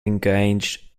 engaged